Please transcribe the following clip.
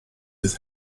with